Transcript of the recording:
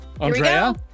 Andrea